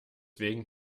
wegen